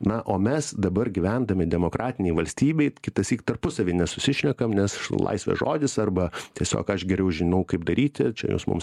na o mes dabar gyvendami demokratinėj valstybėj kitąsyk tarpusavy nesusišnekam nes laisvės žodis arba tiesiog aš geriau žinau kaip daryti čia jūs mums